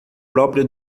próprio